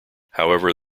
however